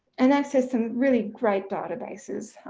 and access some really great databases,